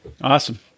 Awesome